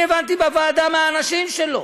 אני הבנתי בוועדה מהאנשים שלו.